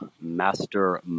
Master